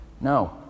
No